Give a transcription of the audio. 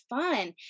fun